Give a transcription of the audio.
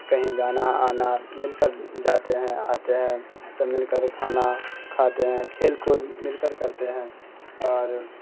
کہیں جانا آنا مل کر جاتے ہیں آتے ہیں سب مل کر کھانا کھاتے ہیں کھیل کود مل کر کرتے ہیں اور